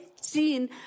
seen